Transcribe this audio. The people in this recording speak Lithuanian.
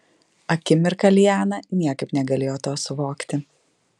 akimirką liana niekaip negalėjo to suvokti